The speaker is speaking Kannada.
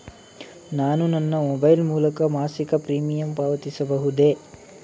ನಾನು ನನ್ನ ಮೊಬೈಲ್ ಮೂಲಕ ಮಾಸಿಕ ಪ್ರೀಮಿಯಂ ಪಾವತಿಸಬಹುದೇ?